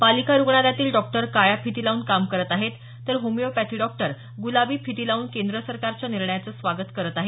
पालिका रुग्णालयातील डॉक्टर काळ्या फिती लावून काम करीत आहेत तर होमिओपॅथी डॉक्टर गुलाबी फिती लांबून केंद्र सरकारच्या निर्णयाचं स्वागत करत आहेत